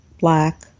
black